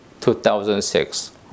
2006